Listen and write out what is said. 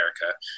America